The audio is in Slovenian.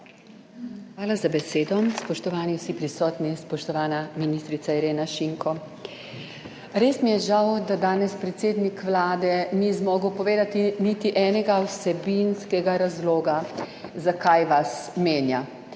Hvala za besedo. Spoštovani vsi prisotni! Spoštovana ministrica Irena Šinko! Res mi je žal, da danes predsednik Vlade ni zmogel povedati niti enega vsebinskega razloga, zakaj vas menja.